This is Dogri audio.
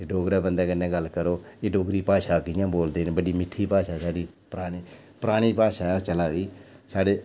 ते डोगरे बंदे कन्नै गल्ल करो एह् डोगरी भाशा कि'यां बोलदे न बड़ी मिट्ठी भाशा ऐ साढ़ी परानी परानी भाशा चला दी साढ़े